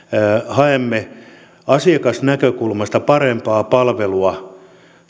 haemme asiakasnäkökulmasta parempaa palvelua